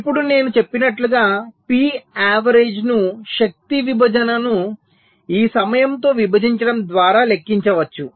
ఇప్పుడు నేను చెప్పినట్లుగా పి యావరేజ్ను శక్తి విభజనను ఈ సమయంతో విభజించడం ద్వారా లెక్కించవచ్చు